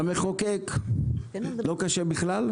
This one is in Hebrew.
לא קשה בכלל?